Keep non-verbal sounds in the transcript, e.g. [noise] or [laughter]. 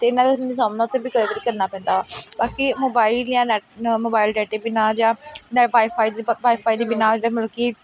ਅਤੇ ਮੈਂ [unintelligible] ਸਾਹਮਣਾ ਉੱਥੇ ਵੀ ਕਈ ਵਾਰੀ ਕਰਨਾ ਪੈਂਦਾ ਵਾ ਬਾਕੀ ਮੋਬਾਇਲ ਜਾਂ ਨੈਟ ਮੋਬਾਇਲ ਡਾਟੇ ਬਿਨਾਂ ਜਾਂ ਨੈ ਵਾਏਫਾਏ ਦੇ ਵਾਏਫਾਏ ਦੇ ਬਿਨਾਂ ਜਿਹੜਾ ਮਤਲਬ ਕਿ